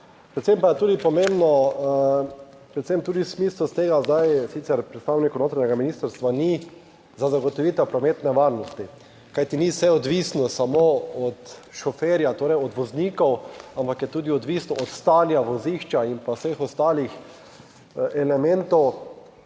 Predvsem pa je tudi pomembno, predvsem tudi v smislu tega, zdaj sicer predstavnikov notranjega ministrstva ni, za zagotovitev prometne varnosti, kajti ni vse odvisno samo od šoferja, torej od voznikov, ampak je tudi odvisno od stanja vozišča in pa vseh ostalih elementov,